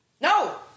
No